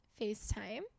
FaceTime